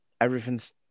Everything's